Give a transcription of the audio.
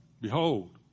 Behold